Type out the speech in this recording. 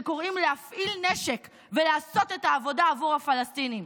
שקוראים להפעיל נשק ולעשות את העבודה עבור הפלסטינים.